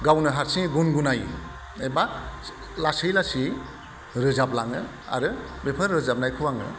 गावनो हारसिङै गुन गुनायो एबा लासै लासैयै रोजाबलाङो आरो बेफोर रोजाबनायखौ आङो